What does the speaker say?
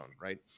right